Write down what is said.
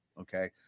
okay